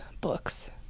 books